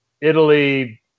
Italy